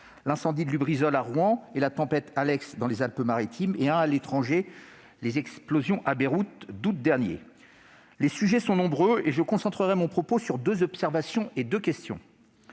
l'incendie de Lubrizol, à Rouen, et la tempête Alex, dans les Alpes-Maritimes ; à l'étranger, les explosions qui ont eu lieu en août dernier à Beyrouth. Les sujets sont nombreux. Je concentrerai mon propos sur deux observations et deux questions.